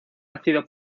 ácido